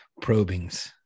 probings